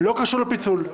-- לא קשור לפיצול.